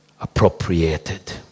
appropriated